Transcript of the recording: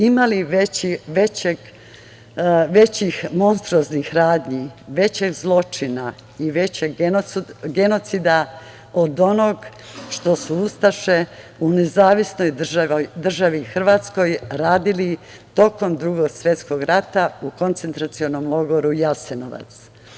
Ima li većih monstruoznih radnji, većih zločina i većeg genocida od onog što su ustaše u NDH radili tokom Drugog svetskog rata u koncentracionom logoru Jasenovac?